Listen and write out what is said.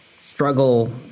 struggle